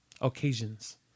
occasions